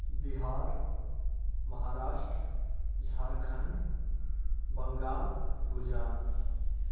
Bihar Maharashtra Jharkhand Bengal Gujarat